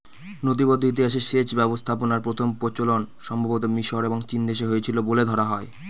নথিবদ্ধ ইতিহাসে সেচ ব্যবস্থাপনার প্রথম প্রচলন সম্ভবতঃ মিশর এবং চীনদেশে হয়েছিল বলে ধরা হয়